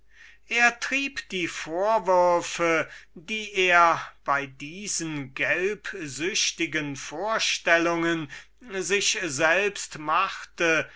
er trieb die vorwürfe welche er bei diesen gelbsüchtigen vorstellungen sich selbst machte